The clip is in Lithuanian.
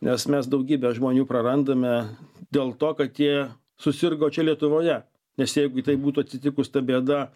nes mes daugybę žmonių prarandame dėl to kad jie susirgo čia lietuvoje nes jeigu tai būtų atsitikus ta bėda